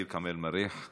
אחריה, ע'דיר כמאל מריח.